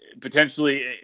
potentially